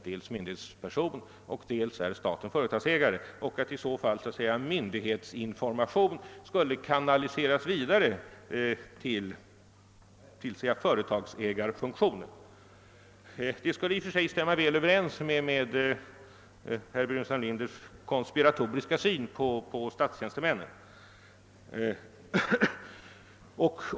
Den information som staten erhåller som myndighet skulle alltså utnyttjas av staten i dess egenskap av företagsägare. Detta skulle i och för sig stämma överens med herr Burenstam Linders konspiratoriska syn på statstjänstemännen.